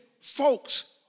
folks